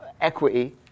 equity